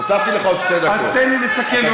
שהחוק הזה